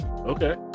okay